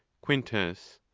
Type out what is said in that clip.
quintus.